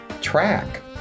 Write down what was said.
track